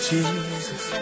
Jesus